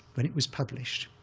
when it was published